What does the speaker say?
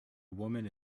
woman